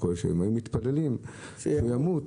הם היו מתפללים שהוא ימות.